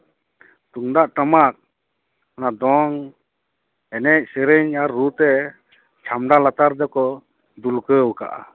ᱛᱩᱢᱫᱟᱜ ᱴᱟᱢᱟᱠ ᱚᱱᱟ ᱫᱚᱝ ᱮᱱᱮᱡ ᱥᱮᱨᱮᱧ ᱟᱨ ᱨᱩ ᱛᱮ ᱪᱷᱟᱢᱰᱟ ᱞᱟᱛᱟᱨ ᱫᱚᱠᱚ ᱫᱩᱞᱠᱟᱹᱣ ᱠᱟᱜᱼᱟ